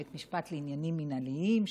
בית משפט לעניינים מינהליים,